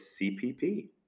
CPP